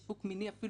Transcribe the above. רצינו להוסיף אמירה